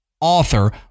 author